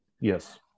Yes